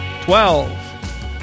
Twelve